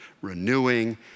renewing